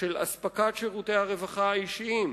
של אספקת שירותי הרווחה האישיים.